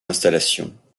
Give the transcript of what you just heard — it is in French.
installations